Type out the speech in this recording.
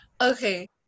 Okay